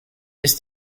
ist